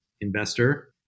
investor